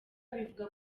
bivuga